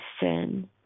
sin